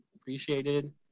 appreciated